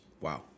Wow